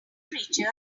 preacher